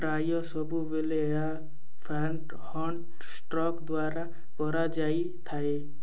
ପ୍ରାୟ ସବୁବେଳେ ଏହା ଫ୍ୟାଣ୍ଟ ହଣ୍ଟ ଷ୍ଟ୍ରକ୍ ଦ୍ୱାରା କରାଯାଇଥାଏ